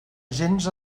gens